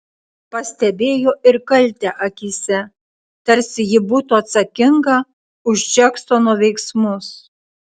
pastebėjo ir kaltę akyse tarsi ji būtų atsakinga už džeksono veiksmus